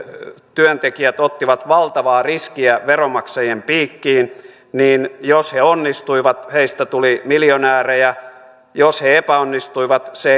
työntekijät ottivat valtavaa riskiä veronmaksajien piikkiin niin jos he onnistuivat heistä tuli miljonäärejä jos he epäonnistuivat se